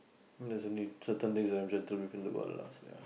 there's only certain days I'm gentle within the world lah so ya